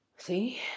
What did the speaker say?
See